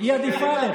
היא עדיפה עליך.